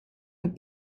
have